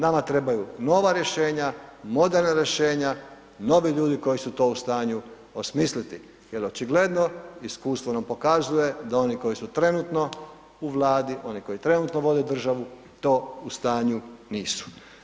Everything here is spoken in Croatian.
Nama trebaju nova rješenja, moderna rješenja, novi ljudi koji su to u stanju osmisliti, jer očigledno, iskustvo nam pokazuje, da oni koji su trenutno u vladi, oni koji trenutno vode državi, to u stanju nisu.